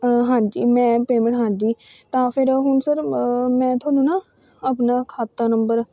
ਹਾਂਜੀ ਮੈਂ ਪੇਮੈਂਟ ਹਾਂਜੀ ਤਾਂ ਫਿਰ ਹੁਣ ਸਰ ਮੈਂ ਤੁਹਾਨੂੰ ਨਾ ਆਪਣਾ ਖਾਤਾ ਨੰਬਰ